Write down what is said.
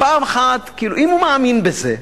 פעם אחת, אם הוא מאמין בזה,